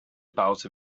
about